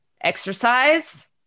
exercise